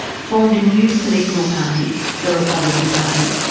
formed a new political party, the republican party,